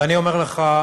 ואני אומר לך,